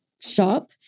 shop